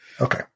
Okay